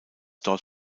dort